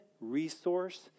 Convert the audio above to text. resource